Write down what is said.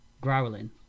Growling